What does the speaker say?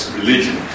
religion